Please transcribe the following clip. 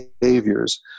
behaviors